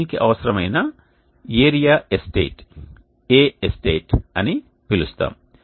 దీనిని అవసరమైన area estate Aestate అని పిలుస్తాము